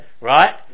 right